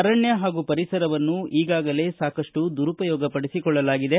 ಅರಣ್ಯ ಹಾಗೂ ಪರಿಸರವನ್ನು ಈಗಾಗಲೇ ಸಾಕಷ್ಟು ದುರುಪಯೋಗಪಡಿಸಿಕೊಳ್ಳಲಾಗಿದೆ